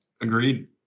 Agreed